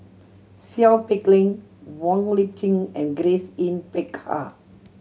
Seow Peck Leng Wong Lip Chin and Grace Yin Peck Ha